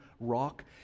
rock